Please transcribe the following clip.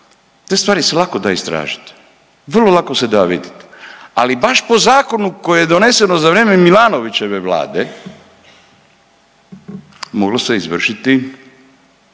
Te stvari se lako da istražiti, vrlo lako se da vidit. Ali baš po zakonu koji je donesen za vrijeme Milanovićeve vlade moglo se izvršiti